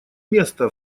место